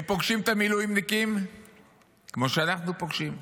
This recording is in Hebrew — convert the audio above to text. הם פוגשים את המילואימניקים כמו שאנחנו פוגשים,